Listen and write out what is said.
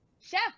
Chef